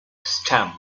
stems